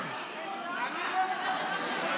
אנחנו היינו כאן.